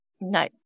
No